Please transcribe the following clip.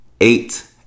eight